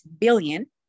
billion